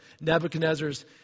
Nebuchadnezzar's